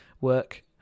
work